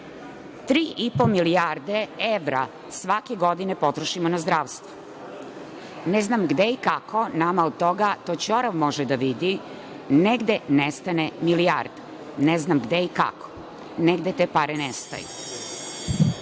po milijarde evra svake godine potrošimo na zdravstvo. Ne znam gde i kako, nama od toga, to ćorav može da vidi, negde nestane milijarda. Ne znam gde i kako. Negde te pare nestaju. Pre